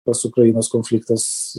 tas ukrainos konfliktas